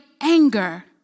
anger